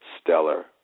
stellar